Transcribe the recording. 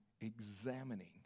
examining